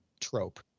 trope